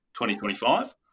2025